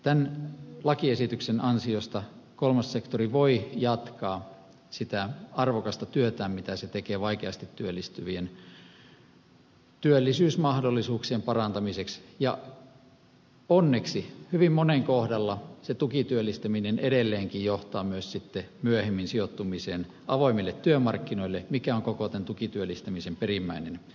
tämän lakiesityksen ansiosta kolmas sektori voi jatkaa sitä arvokasta työtään mitä se tekee vaikeasti työllistyvien työllisyysmahdollisuuksien parantamiseksi ja onneksi hyvin monen kohdalla tukityöllistäminen edelleenkin johtaa myös myöhemmin sijoittumiseen avoimille työmarkkinoille mikä on koko tämän tukityöllistämisen perimmäinen tarkoitus